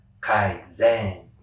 Kaizen